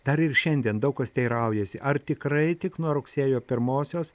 dar ir šiandien daug kas teiraujasi ar tikrai tik nuo rugsėjo pirmosios